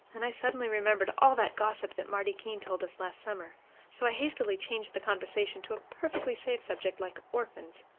and i suddenly remembered all that gossip that marty keene told us last summer so i hastily changed the conversation to a perfectly safe subject like orphans.